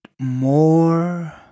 more